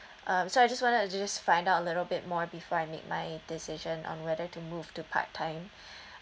um so I just wanted to just find out a little bit more before I make my decision on whether to move to part time